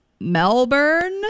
Melbourne